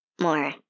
more